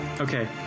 Okay